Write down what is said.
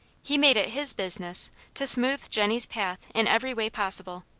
he made it his business to smooth jennie's path in every way possible.